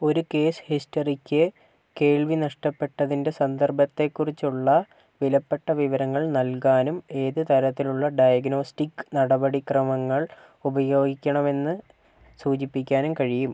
ഒരു കേസ് ഹിസ്റ്ററിക്ക് കേൾവി നഷ്ടപ്പെട്ടതിൻ്റെ സന്ദർഭത്തെക്കുറിച്ചുള്ള വിലപ്പെട്ട വിവരങ്ങൾ നൽകാനും ഏത് തരത്തിലുള്ള ഡയഗ്നോസ്റ്റിക് നടപടിക്രമങ്ങൾ ഉപയോഗിക്കണമെന്ന് സൂചിപ്പിക്കാനും കഴിയും